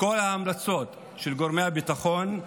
כל ההמלצות של גורמי הביטחון,